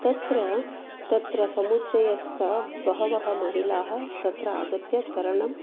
तत्र तत्र समुच्चयस्थ बहवः महिलाः तत्र आगत्य तरणं